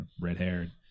red-haired